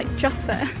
just there.